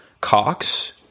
Cox